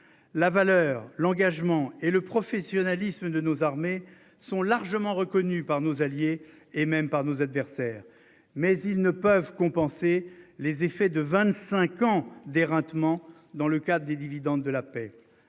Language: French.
La valeur l'engagement et le professionnalisme de nos armées sont largement reconnus par nos alliés et même par nos adversaires mais ils ne peuvent compenser les effets de 25 ans des rendements dans le cadre des dividendes de la paix